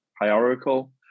hierarchical